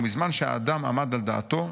ומזמן שהאדם עמד על דעתו,